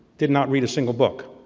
did not read a single book.